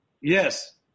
Yes